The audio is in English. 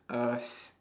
uh s~